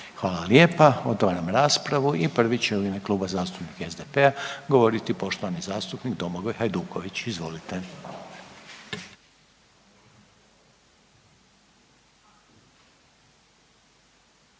Hvala lijepa. Otvaram raspravu i prvi će u ime Kluba zastupnika SDP-a govoriti poštovani zastupnik Domagoj Hajduković, izvolite.